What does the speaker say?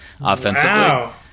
offensively